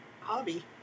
hobby